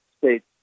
States